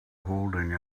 holding